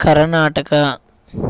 Karnataka